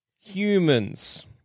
humans